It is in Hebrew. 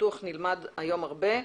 בטוח נלמד היום הרבה.